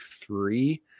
three